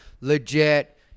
legit